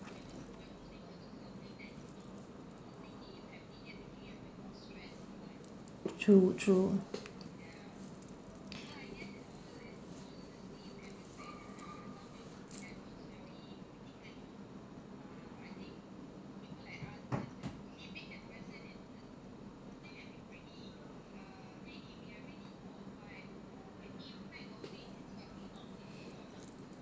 true true